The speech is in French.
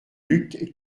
luc